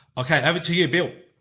okay, have it to you bill!